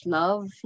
love